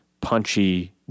punchy